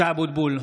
(קורא בשמות חברי הכנסת) משה אבוטבול,